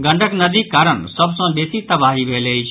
गंडक नदीक कारण सभ सॅ बेसी तबाही भेल अछि